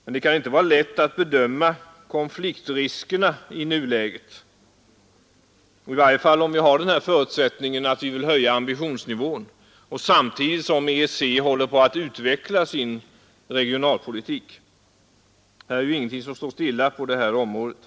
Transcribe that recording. Men det kan inte vara lätt att bedöma konfliktriskerna i nuläget, i varje fall om vi utgår ifrån förutsättningarna att vi kommer att höja ambitionsnivån samtidigt som EEC håller på att utveckla sin regionalpolitik. Det är ju ingenting som står stilla på det här området.